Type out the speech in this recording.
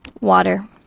Water